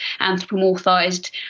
anthropomorphized